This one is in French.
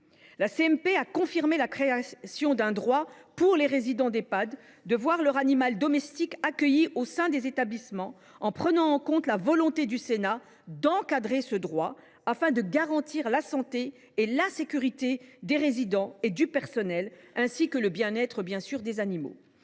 a confirmé la création d’un droit pour les résidents d’Ehpad d’accueillir leur animal domestique au sein des établissements, en prenant en compte la volonté du Sénat d’encadrer ce droit, afin de garantir la santé et la sécurité des résidents et du personnel, ainsi que le bien être des animaux.